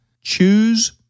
Choose